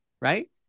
right